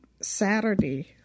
Saturday